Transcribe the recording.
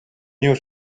new